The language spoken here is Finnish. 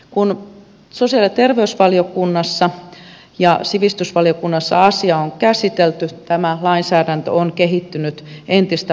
kun sosiaali ja terveysvaliokunnassa ja sivistysvaliokunnassa asiaa on käsitelty tämä lainsäädäntö on kehittynyt entistä parempaan muotoon